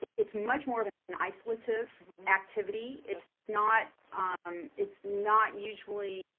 it's much more of an isolative activity, it's not um it's not usually